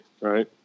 right